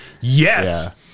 Yes